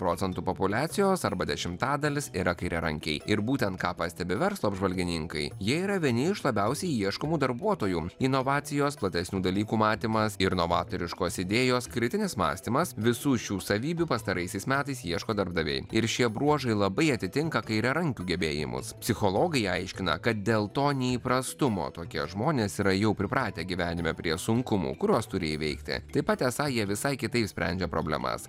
procžntų populiacijos arba dešimtadalis yra kairiarankiai ir būtent ką pastebi verslo apžvalgininkai jie yra vieni iš labiausiai ieškomų darbuotojų inovacijos platesnių dalykų matymas ir novatoriškos idėjos kritinis mąstymas visų šių savybių pastaraisiais metais ieško darbdaviai ir šie bruožai labai atitinka kairiarankių gebėjimus psichologai aiškina kad dėl to neįprastumo tokie žmonės yra jau pripratę gyvenime prie sunkumų kuriuos turi įveikti taip pat esą jie visai kitaip išsprendžia problemas